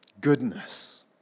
Goodness